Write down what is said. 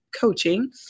Coaching